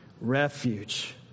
refuge